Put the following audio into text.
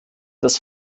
dass